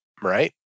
right